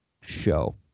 show